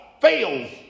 fails